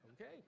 Okay